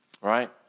right